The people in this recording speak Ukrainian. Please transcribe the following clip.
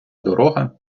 дорога